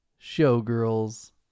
Showgirls